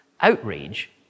Outrage